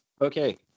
Okay